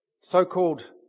so-called